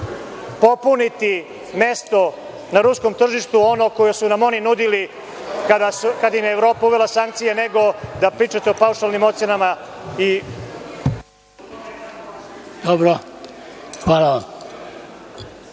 popuniti mesto na ruskom tržištu, ono koje su nam oni nudili kada im je Evropa uvela sankcije, nego da pričate o paušalnim ocenama… (isključen